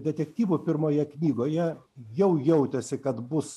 detektyvo pirmoje knygoje jau jautėsi kad bus